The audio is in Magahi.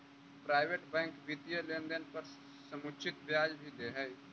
प्राइवेट बैंक वित्तीय लेनदेन पर समुचित ब्याज भी दे हइ